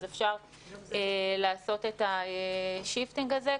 אז אפשר לעשות את השיפטינג הזה.